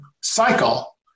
cycle